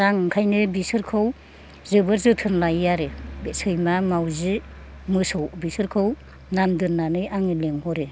दा आं ओंखायनो बिसोरखौ जोबोर जोथोन लायो आरो बे सैमा मावजि मोसौ बिसोरखौ नाम दोननानै आङो लिंहरो